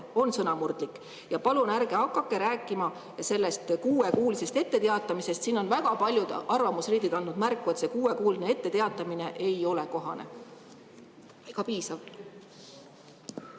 sõnamurdlik? Palun ärge hakake rääkima sellest kuuekuulisest etteteatamisest. Väga paljud arvamusliidrid on andnud märku, et see kuuekuuline etteteatamine ei ole kohane ega piisav.